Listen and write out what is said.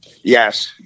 Yes